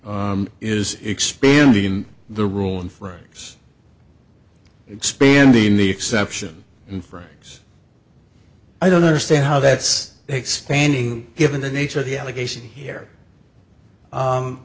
is expanding the rule and frogs expanding the exception in phrase i don't understand how that's expanding given the nature of the allegation here